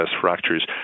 fractures